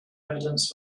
evidence